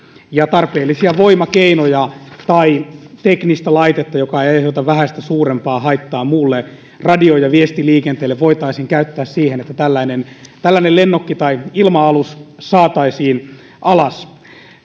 tarpeellisia voimakeinoja tai teknistä laitetta joka ei aiheuta vähäistä suurempaa haittaa muulle radio ja viestiliikenteelle voitaisiin käyttää siihen että tällainen tällainen lennokki tai ilma alus saataisiin alas